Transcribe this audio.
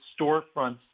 storefronts